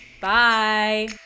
Bye